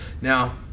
Now